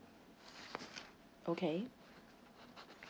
okay